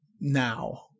now